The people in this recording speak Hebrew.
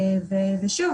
שוב,